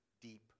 deep